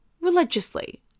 religiously